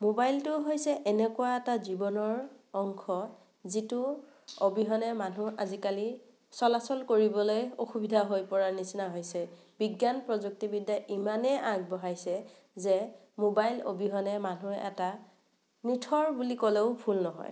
মোবাইলটো হৈছে এনেকুৱা এটা জীৱনৰ অংশ যিটো অবিহনে মানুহ আজিকালি চলাচল কৰিবলৈ অসুবিধা হৈ পৰাৰ নিচিনা হৈছে বিজ্ঞান প্ৰযুক্তিবিদ্যা ইমানে আগবঢ়াইছে যে মোবাইল অবিহনে মানুহ এটা নিঠৰ বুলি ক'লেও ভুল নহয়